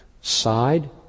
side